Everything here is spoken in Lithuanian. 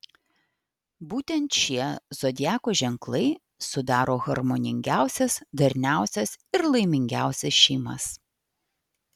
būtent šie zodiako ženklai sudaro harmoningiausias darniausias ir laimingiausias šeimas